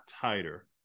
tighter